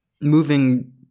Moving